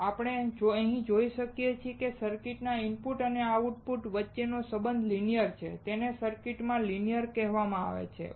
હવે આપણે અહીં જોઈએ છીએ કે સર્કિટના ઇનપુટ અને આઉટપુટ વચ્ચેનો સંબંધ લિનિઅર છે તેને સર્કિટમાં લિનિઅર કહેવામાં આવે છે